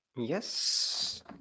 Yes